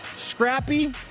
Scrappy